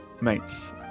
Mates